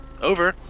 Over